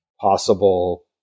possible